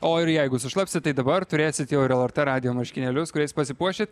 o ir jeigu sušlapsit tai dabar turėsit jau ir lrt radijo marškinėlius kuriais pasipuoši